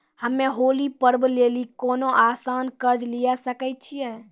हम्मय होली पर्व लेली कोनो आसान कर्ज लिये सकय छियै?